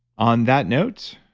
on that note,